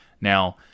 Now